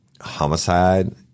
homicide